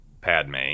Padme